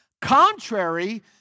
contrary